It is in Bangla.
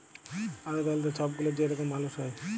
আলেদা আলেদা ছব গুলা যে রকম মালুস হ্যয়